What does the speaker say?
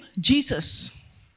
Jesus